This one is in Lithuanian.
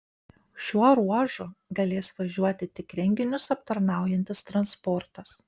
šiuo ruožu galės važiuoti tik renginius aptarnaujantis transportas